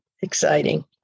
exciting